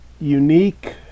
unique